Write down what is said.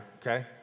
okay